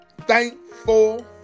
thankful